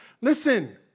Listen